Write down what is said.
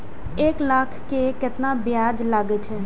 एक लाख के केतना ब्याज लगे छै?